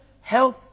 health